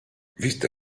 viste